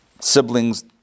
siblings